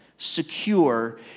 secure